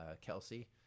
Kelsey